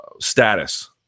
status